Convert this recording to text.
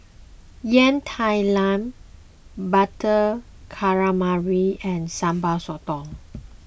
Yam Talam Butter Calamari and Sambal Sotong